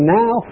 now